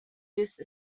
use